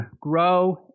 grow